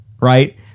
right